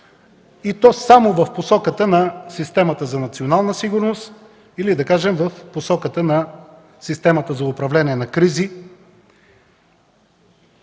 и то само в посоката на системата за национална сигурност, или да кажем в посоката на системата за управление на кризи.